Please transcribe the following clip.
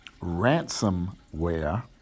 ransomware